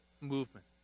movement